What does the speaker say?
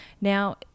Now